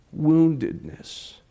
woundedness